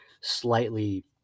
slightly